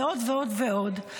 מעלים ועוד ועוד ועוד.